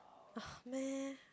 meh